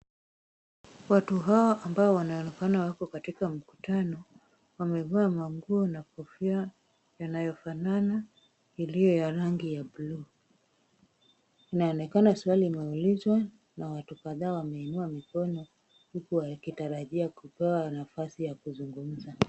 Watu hawa ambao wanaonekana wako katika mkutano, wamevaa manguo na kofia yanayofanana iliyo ya rangi ya buluu . Inaonekana swali imewaulizwa, na watu kadhaa wameinua mikono, huku wakitarajia kupewa nafasi ya kuzungumza.